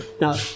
Now